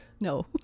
No